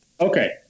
Okay